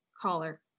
Caller